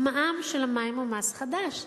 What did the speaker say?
המע"מ של המים הוא מס חדש.